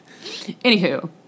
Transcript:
Anywho